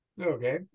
Okay